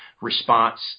response